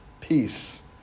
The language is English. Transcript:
peace